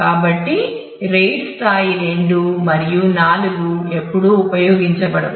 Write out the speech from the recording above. కాబట్టి RAID స్థాయి 2 మరియు 4 ఎప్పుడూ ఉపయోగించబడవు